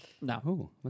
No